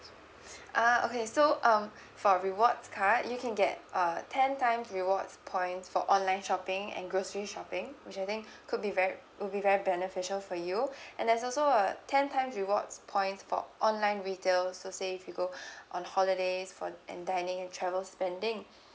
ah okay so um for rewards card you can get a ten times rewards points for online shopping and grocery shopping which I think could be very will be very beneficial for you and there's also a ten times rewards points for online retail so say if you go on holidays for and dining and travel spending